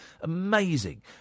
Amazing